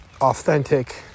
authentic